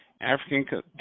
African